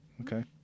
Okay